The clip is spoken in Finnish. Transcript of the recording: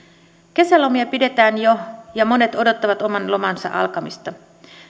kesälomia pidetään jo ja monet odottavat oman lomansa alkamista